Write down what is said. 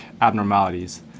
abnormalities